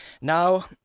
now